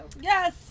Yes